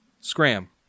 Scram